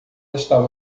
estava